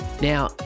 Now